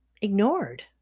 ignored